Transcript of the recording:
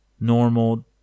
normal